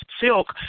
Silk